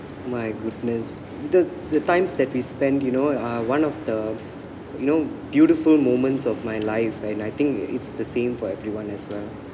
my goodness y=the the times that we spend you know are one of the you know beautiful moments of my life and I think it's the same for everyone as well